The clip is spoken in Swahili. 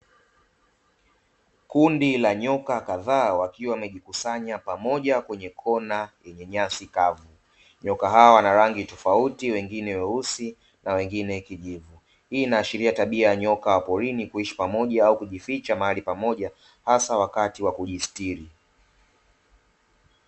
Kundi la nyoka kadhaa wakiwa wamejikusanya pamoja kwenye kona ya nyasi kavu, nyoka hao wana rangi tofauti wengine weusi na wengine kijivu. Hii inaashiria tabia ya nyoka porini kuishi pamoja au kujificha mahali pamoja hasa wakati wa kujistiri.